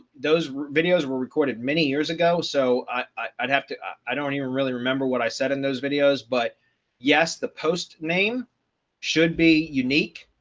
those videos were recorded many years ago. so i'd have to i don't even really remember what i said in those videos. but yes, the post name should be unique,